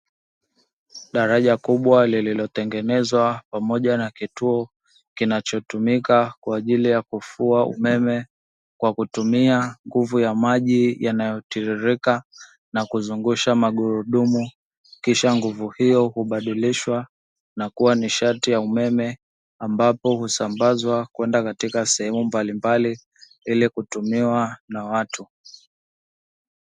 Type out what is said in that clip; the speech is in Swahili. Daraja kubwa lililotengenezwa pamoja na kituo kinachotumika kwa ajili ya kufua umeme, kwa kutumia nguvu ya maji yanayotiririka na kuzungusha magurudumu, kisha nguvu hiyo hubadilishwa na kuwa nishati ya umeme, ambapo husambazwa kwenda katika sehemu mbalimbali ili kutumiwa na watu.